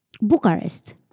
Bucharest